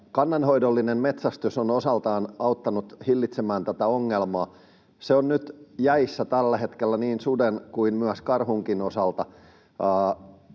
Kannanhoidollinen metsästys on osaltaan auttanut hillitsemään tätä ongelmaa. Se on nyt jäissä tällä hetkellä niin suden kuin myös karhunkin osalta